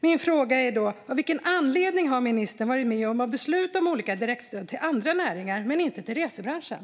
Min fråga blir: Av vilken anledning har ministern varit med om att besluta om olika direktstöd till andra näringar men inte till resebranschen?